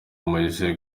mowzey